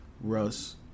Russ